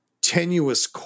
tenuous